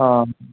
অঁ